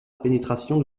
pénétration